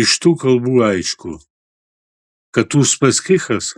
iš tų kalbų aišku kad uspaskichas